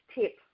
tip